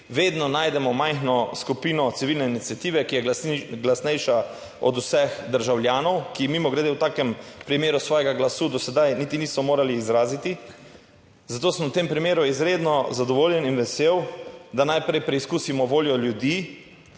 vedno najdemo majhno skupino civilne iniciative, ki je glasnejša od vseh državljanov, ki mimogrede v takem primeru svojega glasu do sedaj niti niso morali izraziti. Zato sem v tem primeru izredno zadovoljen in vesel, da najprej preizkusimo voljo ljudi,